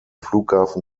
flughafen